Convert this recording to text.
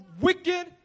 wicked